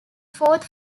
fourth